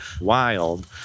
wild